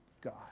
God